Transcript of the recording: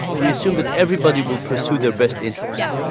we assume that everybody will pursue their best interest.